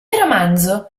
romanzo